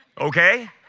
okay